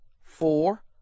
four